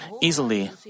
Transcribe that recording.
easily